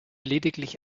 lediglich